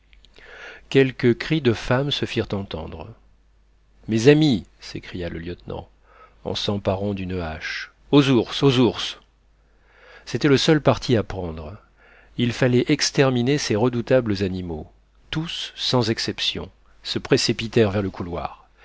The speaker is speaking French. quelques cris de femmes se firent entendre mes amis s'écria le lieutenant en s'emparant d'une hache aux ours aux ours c'était le seul parti à prendre il fallait exterminer ces redoutables animaux tous sans exception se précipitèrent vers le couloir